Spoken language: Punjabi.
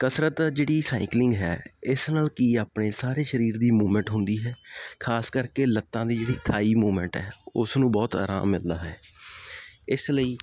ਕਸਰਤ ਜਿਹੜੀ ਸਾਈਕਲਿੰਗ ਹੈ ਇਸ ਨਾਲ ਕਿ ਆਪਣੇ ਸਾਰੇ ਸਰੀਰ ਦੀ ਮੂਵਮੈਂਟ ਹੁੰਦੀ ਹੈ ਖਾਸ ਕਰਕੇ ਲੱਤਾਂ ਦੀ ਜਿਹੜੀ ਥਾਈ ਮੂਵਮੈਂਟ ਹੈ ਉਸ ਨੂੰ ਬਹੁਤ ਅਰਾਮ ਮਿਲਦਾ ਹੈ ਇਸ ਲਈ